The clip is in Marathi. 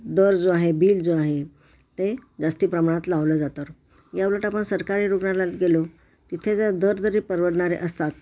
दर जो आहे बिल जो आहे ते जास्त प्रमाणात लावलं जातं या उलट आपण सरकारी रुग्णालयात गेलो तिथे जर दर जरी परवडणारे असतात